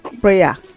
prayer